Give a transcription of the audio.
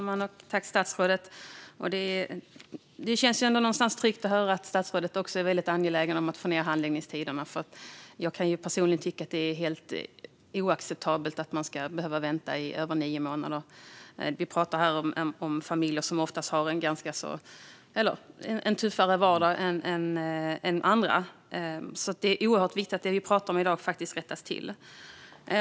Fru talman! Det känns ändå tryggt att höra att statsrådet är väldigt angelägen om att få ned handläggningstiderna. Jag tycker personligen att det är oacceptabelt att man ska behöva vänta i över nio månader. Vi talar här om familjer som ofta har en tuffare vardag än andra. Det är oerhört viktigt att det vi diskuterar i dag rättas till.